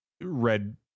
red